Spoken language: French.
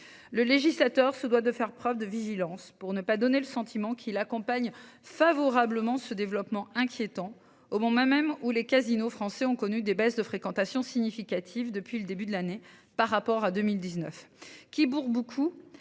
le législateur se doit de faire preuve de vigilance pour ne pas donner le sentiment qui l'accompagne favorablement ce développement inquiétant au moment même où les casinos français ont connu des baisses de fréquentation significative depuis le début de l'année par rapport à 2019